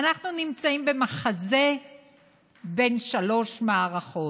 אנחנו נמצאים במחזה בן שלוש מערכות,